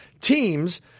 Teams